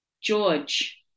George